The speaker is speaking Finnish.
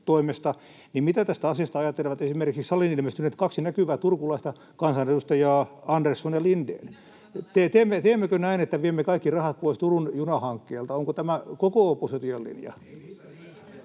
niin mitä tästä asiasta ajattelevat esimerkiksi saliin ilmestyneet kaksi näkyvää turkulaista kansanedustajaa, Andersson ja Lindén? [Li Andersson: Minä kannatan lämpimästi!] Teemmekö näin, että viemme kaikki rahat pois Turun junahankkeelta, onko tämä koko opposition linja?